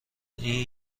این